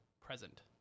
present